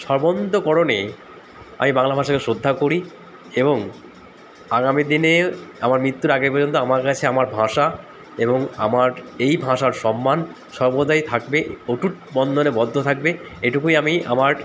সর্ব অন্তকরণে আমি বাংলা ভাষাকে শ্রদ্ধা করি এবং আগামী দিনে আমার মৃত্যুর আগে পর্যন্ত আমার কাছে আমার ভাষা এবং আমার এই ভাষার সম্মান সর্বদাই থাকবে অটুট বন্ধনে বদ্ধ থাকবে এটুকুই আমি আমার